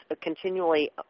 continually